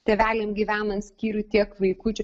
tėveliam gyvenant skyrium tiek vaikučių